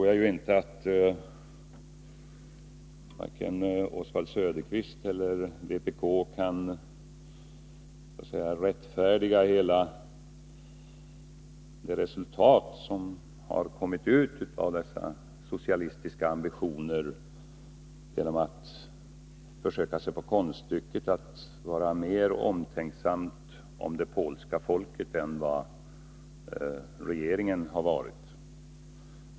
Jag tror inte att vare sig Oswald Söderqvist eller vpk kan rättfärdiga resultaten av dessa socialistiska ambitioner genom att försöka sig på konststycket att visa större omtanke om det polska folket än vad regeringen har gjort.